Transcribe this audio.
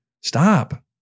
stop